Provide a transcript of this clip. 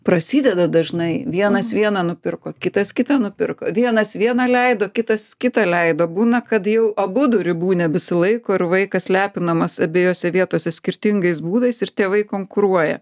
prasideda dažnai vienas vieną nupirko kitas kitą nupirko vienas vieną leido kitas kitą leido būna kad jau abudu ribų nebesilaiko ir vaikas lepinamas abiejose vietose skirtingais būdais ir tėvai konkuruoja